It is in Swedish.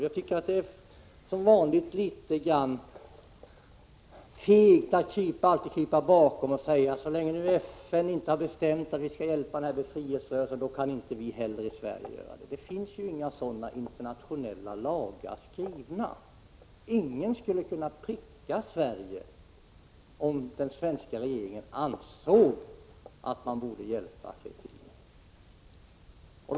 Jag tycker det är litet fegt att som vanligt krypa bakom att FN inte har bestämt att man skall hjälpa denna befrielserörelse och säga att så länge FN inte gör någonting kan inte vi heller göra det. Några sådana internationella lagar finns inte skrivna. Ingen skulle kunna pricka Sverige om den svenska regeringen ansåg att man borde hjälpa Fretilin.